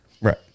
right